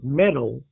metal